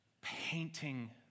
painting